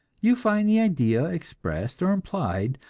you find the idea, expressed or implied,